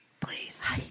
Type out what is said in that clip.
please